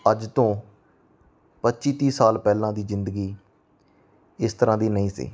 ਅੱਜ ਤੋਂ ਪੱਚੀ ਤੀਹ ਸਾਲ ਪਹਿਲਾਂ ਦੀ ਜ਼ਿੰਦਗੀ ਇਸ ਤਰ੍ਹਾਂ ਦੀ ਨਹੀਂ ਸੀ